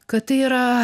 kad tai yra